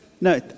No